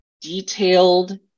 detailed